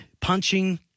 Punching